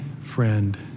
friend